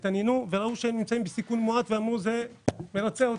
ראו שהם נמצאים בסיכון מועט ואמרו: "זה מרצה אותי".